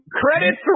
Credits